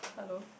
hello